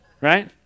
Right